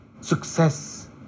success